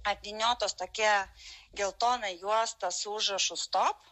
apvyniotos tokia geltona juosta su užrašu stop